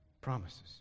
promises